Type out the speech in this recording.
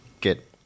get